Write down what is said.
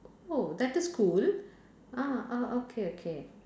oh that is cool ah ah okay okay